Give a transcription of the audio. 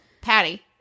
Patty